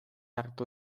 hartu